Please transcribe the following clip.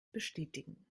bestätigen